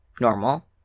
normal